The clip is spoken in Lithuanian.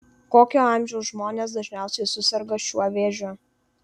kokio amžiaus žmonės dažniausiai suserga šiuo vėžiu